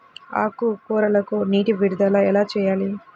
ఆకుకూరలకు నీటి విడుదల ఎలా చేయాలి?